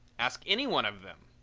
ask any one of them.